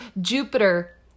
jupiter